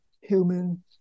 human